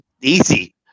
Easy